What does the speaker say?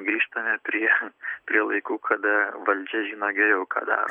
grįžtame prie prie laikų kada valdžia žino geriau ką daro